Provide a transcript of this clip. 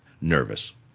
nervous